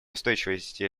устойчивости